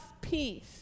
peace